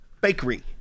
bakery